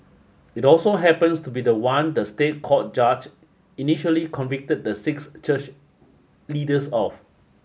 it also happens to be the one the State Court judge initially convicted the six church leaders of